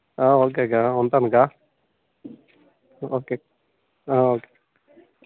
okay అక్క ఉంటాను అక్క ఓకే ఓకే